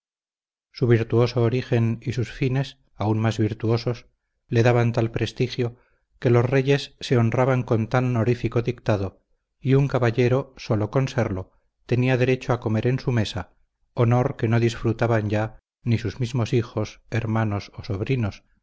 armas tomar su virtuoso origen y sus fines aún más virtuosos le daban tal prestigio que los reyes se honraban con tan honorífico dictado y un caballero sólo con serlo tenía derecho a comer en su mesa honor que no disfrutaban ya ni sus mismos hijos hermanos o sobrinos